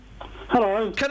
Hello